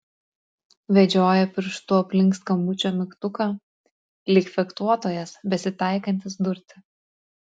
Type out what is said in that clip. vedžioja pirštu aplink skambučio mygtuką lyg fechtuotojas besitaikantis durti